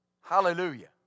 hallelujah